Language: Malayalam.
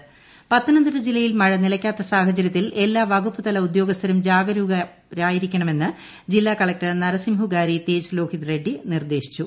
പത്തനംതിട്ട കളക്ടർ പത്തനംതിട്ട ജില്ലയിൽ മഴ നിലയ്ക്കാത്ത സാഹചര്യത്തിൽ എല്ലാ വകുപ്പ്തല ഉദ്യോഗസ്ഥരും ജാഗരൂകരായിരിക്കണമെന്ന് ജില്ലാ കളക്ടർ നരസിംഹുഗാരി തേജ് ലോഹിത് റെഡ്സി നിർദേശിച്ചു